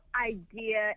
idea